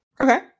Okay